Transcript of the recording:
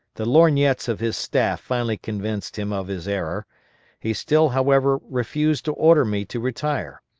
the lorgnettes of his staff finally convinced him of his error he still, however, refused to order me to retire,